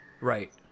Right